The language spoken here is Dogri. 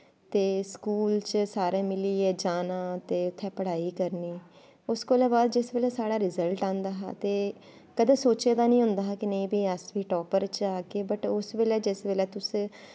ते स्कूल च सारें मिलियै जाना ते उत्थें सारैं पढ़ाई करनी उस कोला बाद जिसलै साढ़ा रिजल्ट आंदा हा ते कदैं सोचे दा नी होंदा हा कि भाई अस बी टाप्पर आचै की भाई उस बेल्लै उस बेल्लै जिस बेल्लै तुस